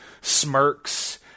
smirks